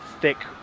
thick